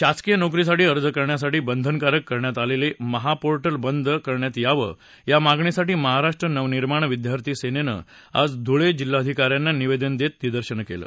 शासकीय नोकरीसाठी अर्ज करण्यासाठी बंधनकारक करण्यात आलेलं महापोर्टल बंद करण्यात यावं या मागणीसाठी महाराष्ट्र नवनिर्माण विद्यार्थी सेनेनं आज ध्रळे जिल्हाधिकाऱ्यांना निवेदन देत निदर्शनं केली